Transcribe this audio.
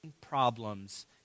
problems